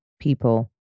people